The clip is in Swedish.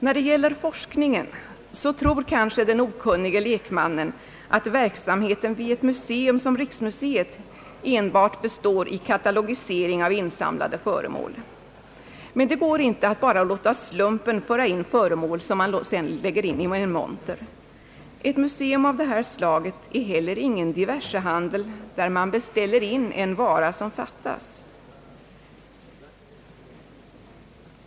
När det gäller forskningen tror kanske den okunnige lekmannen, att verksamheten vid ett museum som riksmuseet enbart består i katalogisering av insamlade föremål. Men det går inte att bara låta slumpen föra in föremål som man sedan lägger i en monter. Ett mu seum av detta slag är heller ingen diversehandel där man beställer in en vara som fattas.